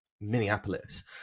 minneapolis